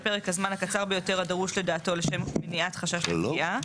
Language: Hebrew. לפרק הזמן הקצר ביותר הדרוש לדעתו לשם מניעת חשש לפגיעה,